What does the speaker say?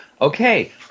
okay